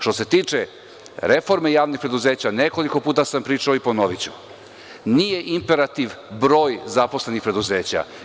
Što se tiče reforme javnih preduzeća, nekoliko puta sam pričao i ponoviću, nije imperativ broj zaposlenih preduzeća.